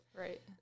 Right